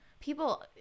people